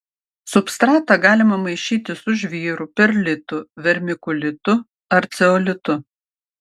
substratą galima maišyti su žvyru perlitu vermikulitu ar ceolitu